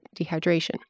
dehydration